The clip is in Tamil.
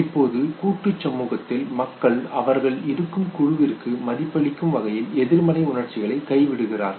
இப்போது கூட்டு சமூகத்தில் மக்கள் அவர்கள் இருக்கும் குழுவிற்கு மதிப்பளிக்கும் வகையில் எதிர்மறை உணர்ச்சிகளை கைவிடுகிறார்கள்